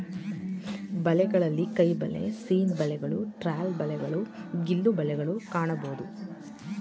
ಬಲೆಗಳಲ್ಲಿ ಕೈಬಲೆ, ಸೀನ್ ಬಲೆಗಳು, ಟ್ರಾಲ್ ಬಲೆಗಳು, ಗಿಲ್ಲು ಬಲೆಗಳನ್ನು ಕಾಣಬೋದು